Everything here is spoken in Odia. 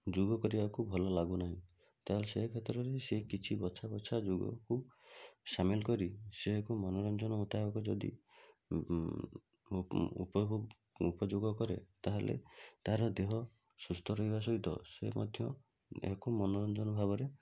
ଯୋଗ କରିବାକୁ ଭଲ ଲାଗୁ ନାହିଁ ତା'ହେଲେ ସେ କ୍ଷେତ୍ରରେ ସେ କିଛି ବଛା ବଛା ଯୋଗକୁ ସାମିଲ କରି ସେ ଏକ ମନୋରଞ୍ଜନ ମୁତାବକ ଯଦି ଉପଭୋଗ ଉପଯୋଗ କରେ ତା'ହେଲେ ତା'ର ଦେହ ସୁସ୍ଥ ରହିବା ସହିତ ସେ ମଧ୍ୟ ଏହାକୁ ମନୋରଞ୍ଜନ ଭାବରେ